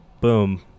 boom